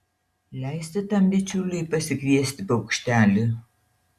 leisti tam bičiuliui pasikviesti paukštelį